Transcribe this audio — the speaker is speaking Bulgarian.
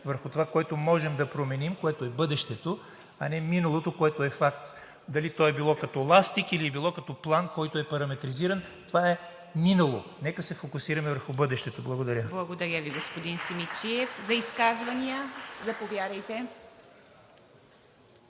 върху това, което можем да променим, което е бъдещето, а не миналото, което е факт. Дали то е било като ластик, или е било като план, който е параметризиран, това е минало. Нека се фокусираме върху бъдещето. Благодаря. ПРЕДСЕДАТЕЛ ИВА МИТЕВА: Благодаря Ви, господин Симидчиев. За изказвания? Заповядайте.